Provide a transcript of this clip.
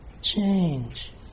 Change